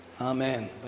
Amen